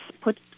put